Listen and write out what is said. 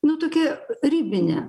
nu tokia ribinė